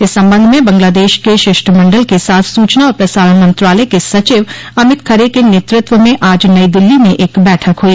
इस संबंध में बगलादेश के शिष्टमण्डल के साथ सूचना और प्रसारण मंत्रालय के सचिव अमित खरे के नेतृत्व में आज नई दिल्ली में एक बैठक हुई